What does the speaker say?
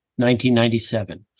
1997